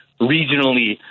regionally